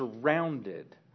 surrounded